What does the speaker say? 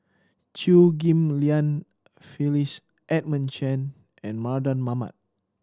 Chew Ghim Lian Phyllis Edmund Chen and Mardan Mamat